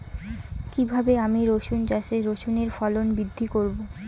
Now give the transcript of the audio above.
কীভাবে আমি রসুন চাষে রসুনের ফলন বৃদ্ধি করব?